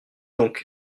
donc